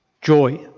joy